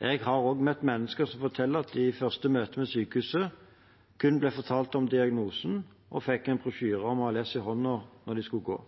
Jeg har møtt mennesker som forteller at de i første møte med sykehuset kun ble fortalt om diagnosen, og fikk en brosjyre om ALS i hånden da de skulle gå.